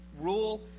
rule